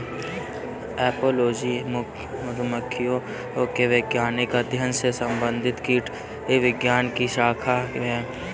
apiology मधुमक्खियों के वैज्ञानिक अध्ययन से संबंधित कीटविज्ञान की शाखा है